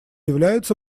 являются